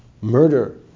murder